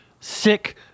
sick